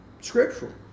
scriptural